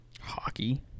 Hockey